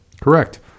Correct